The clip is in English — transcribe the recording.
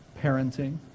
parenting